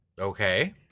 Okay